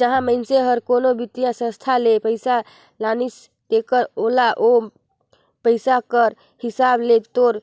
जहां मइनसे हर कोनो बित्तीय संस्था ले पइसा लानिस तेकर ओला ओ पइसा कर हिसाब ले तोर